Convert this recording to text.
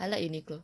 I like uniqlo